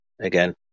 Again